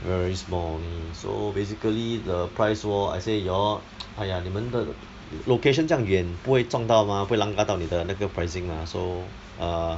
very small only so basically the price war I say you all !aiya! 你们的 location 这样远不会撞到 mah 不会 langgar 到你的那个 pricing mah so err